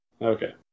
Okay